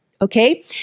Okay